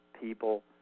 people